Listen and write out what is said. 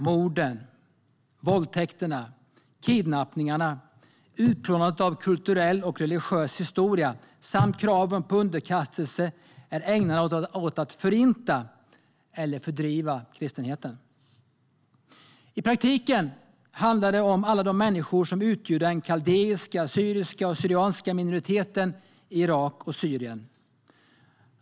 Morden, våldtäkterna, kidnappningarna, utplånandet av kulturell och religiös historia samt kraven på underkastelse är ägnade att förinta eller fördriva kristenheten. I praktiken handlar det om alla de människor som utgör den kaldeiska, syriska och syrianska minoriteten i Irak och Syrien.